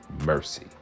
mercy